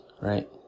right